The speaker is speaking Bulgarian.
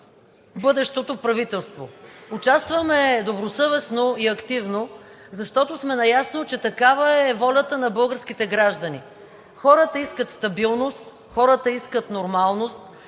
бъдещото правителство. Участваме добросъвестно и активно, защото сме наясно, че такава е волята на българските граждани. Хората искат стабилност, хората искат нормалност,